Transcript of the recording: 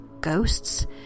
ghosts